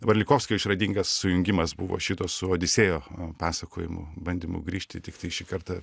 varlikovskio išradingas sujungimas buvo šito su odisėjo a pasakojimu bandymu grįžti tiktai šį kartą